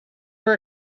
were